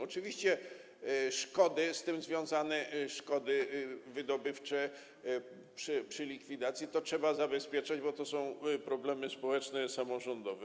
Oczywiście, szkody z tym związane, szkody wydobywcze przy likwidacji - to trzeba zabezpieczać, bo to są problemy społeczne, samorządowe.